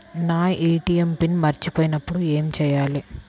నా ATM PIN మర్చిపోయినప్పుడు ఏమి చేయాలి?